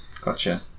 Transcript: Gotcha